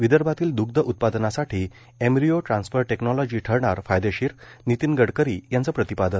विदर्भातील द्रग्ध उत्पाडांनासाठी इंम्ब्रिओ ट्रान्सफर टेक्नॉलॉजी ठरणार फायदेशीर नितिन गडकरी यांचं प्रतिपादन